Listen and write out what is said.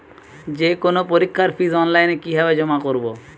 যে কোনো পরীক্ষার ফিস অনলাইনে কিভাবে জমা করব?